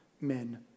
men